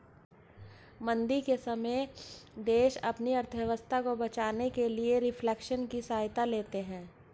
मंदी के समय में देश अपनी अर्थव्यवस्था को बचाने के लिए रिफ्लेशन की सहायता लेते हैं